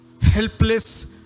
helpless